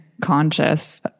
conscious